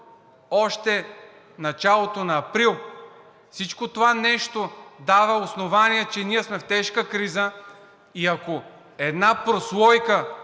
още началото на април. Всичко това дава основанието, че ние сме в тежка криза и ако една прослойка